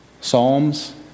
Psalms